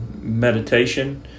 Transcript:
meditation